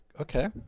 okay